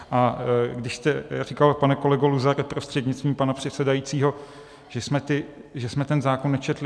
A když jste říkal, pane kolego Luzare prostřednictvím pana předsedajícího, že jsme ten zákon nečetli.